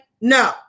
No